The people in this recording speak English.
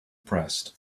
pressed